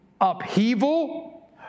upheaval